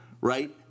right